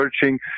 searching